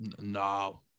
no